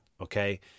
okay